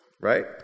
right